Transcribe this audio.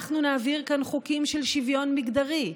אנחנו נעביר כאן חוקים של שוויון מגדרי,